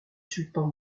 sultan